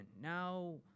Now